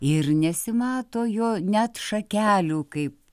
ir nesimato jo net šakelių kaip